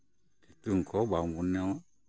ᱥᱤᱛᱩᱝ ᱠᱚ ᱵᱟᱝᱵᱚᱱ ᱧᱟᱢᱟ